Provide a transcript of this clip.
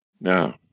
Now